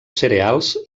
cereals